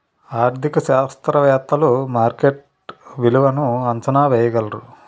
ఆర్థిక శాస్త్రవేత్తలు మార్కెట్ విలువలను అంచనా వేయగలరు